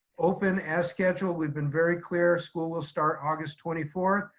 open as scheduled. we've been very clear school will start august twenty fourth.